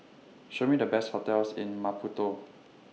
Show Me The Best hotels in Maputo